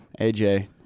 AJ